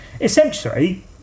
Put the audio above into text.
Essentially